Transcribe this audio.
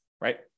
right